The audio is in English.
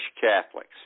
Catholics